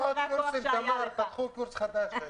פתחו קורס חדש.